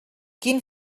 quin